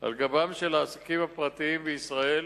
על גבם של העסקים הפרטיים בישראל,